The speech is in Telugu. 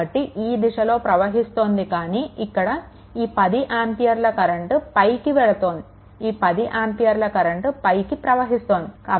కాబట్టి ఈ దిశలో ప్రవహిస్తోంది కానీ ఇక్కడ ఈ 10 ఆంపియర్ల కరెంట్ పైకి వెళ్తోంది ఈ 10 ఆంపియర్ల కరెంట్ పైకి ప్రవహిస్తోంది